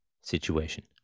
situation